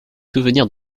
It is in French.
souvenirs